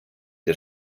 der